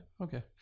Okay